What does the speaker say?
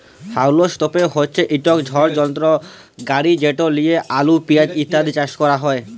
হাউলম তপের হছে ইকট বড় যলত্র গাড়ি যেট লিঁয়ে আলু পিয়াঁজ ইত্যাদি চাষ ক্যরা হ্যয়